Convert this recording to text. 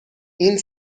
این